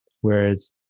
Whereas